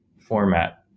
format